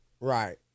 Right